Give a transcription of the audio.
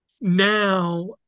now